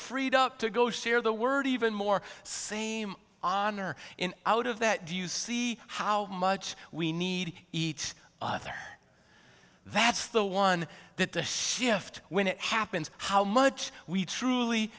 up to go share the word even more same honor in out of that do you see how much we need each other that's the one that the shift when it happens how much we truly